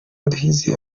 murekezi